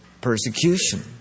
persecution